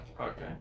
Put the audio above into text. okay